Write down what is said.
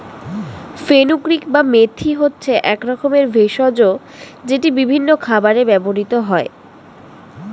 fenugreek বা মেথি হচ্ছে এক রকমের ভেষজ যেটি বিভিন্ন খাবারে ব্যবহৃত হয়